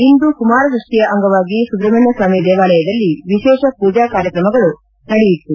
ಇಂದು ಕುಮಾರ ಪಷ್ಟಿಯ ಅಂಗವಾಗಿ ಸುಬ್ರಷ್ಟಣ್ಯಾಮಿ ದೇವಾಲಯದಲ್ಲಿ ವಿಶೇಷ ಪೂಜಾ ಕಾರ್ಕಮಗಳು ನಡೆಯಿತು